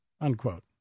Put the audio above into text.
unquote